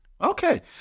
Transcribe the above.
okay